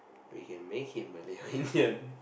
we can make him Malay or Indian